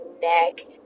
neck